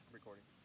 Recording